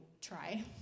try